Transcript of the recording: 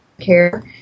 care